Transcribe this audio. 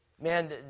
Man